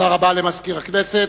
תודה רבה למזכיר הכנסת.